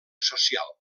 social